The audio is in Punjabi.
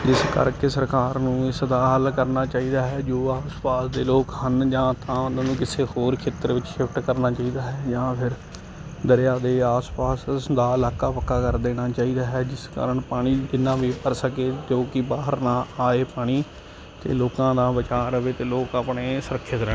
ਇਸ ਕਰਕੇ ਸਰਕਾਰ ਨੂੰ ਇਸਦਾ ਹੱਲ ਕਰਨਾ ਚਾਹੀਦਾ ਹੈ ਜੋ ਆਸ ਪਾਸ ਦੇ ਲੋਕ ਹਨ ਜਾਂ ਤਾਂ ਉਹਨਾਂ ਨੂੰ ਕਿਸੇ ਹੋਰ ਖੇਤਰ ਵਿੱਚ ਸ਼ਿਫਟ ਕਰਨਾ ਚਾਹੀਦਾ ਹੈ ਜਾਂ ਫਿਰ ਦਰਿਆ ਦੇ ਆਸ ਪਾਸ ਦਾ ਇਲਾਕਾ ਪੱਕਾ ਕਰ ਦੇਣਾ ਚਾਹੀਦਾ ਹੈ ਜਿਸ ਕਾਰਨ ਪਾਣੀ ਕਿੰਨਾ ਵੀ ਭਰ ਸਕੇ ਜੋ ਕਿ ਬਾਹਰ ਨਾ ਆਵੇ ਪਾਣੀ ਅਤੇ ਲੋਕਾਂ ਦਾ ਬਚਾਅ ਰਹੇ ਅਤੇ ਲੋਕ ਆਪਣੇ ਸੁਰੱਖਿਤ ਰਹਿਣ